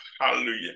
Hallelujah